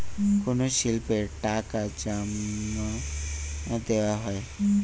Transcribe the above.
কোন স্লিপে টাকা জমাদেওয়া হয়?